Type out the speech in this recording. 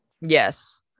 Yes